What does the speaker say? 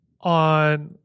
on